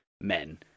men